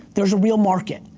there's a real market.